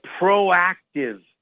proactive